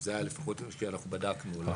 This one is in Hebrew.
זה היה לפחות כשאנחנו בדקנו.